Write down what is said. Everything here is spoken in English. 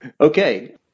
Okay